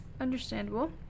Understandable